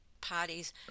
parties